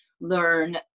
learn